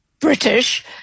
British